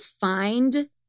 find